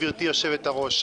גברתי יושבת-הראש,